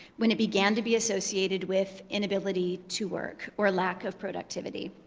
when it began to be associated with inability to work or lack of productivity.